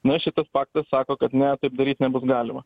na šitas faktas sako kad ne taip daryt nebus galima